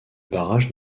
barrage